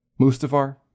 mustafar